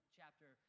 chapter